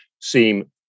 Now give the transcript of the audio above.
seem